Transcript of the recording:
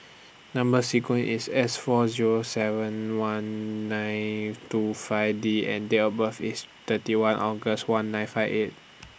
Number sequence IS S four Zero seven one nine two five D and Date of birth IS thirty one August one nine five eight